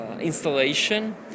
installation